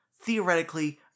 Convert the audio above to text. theoretically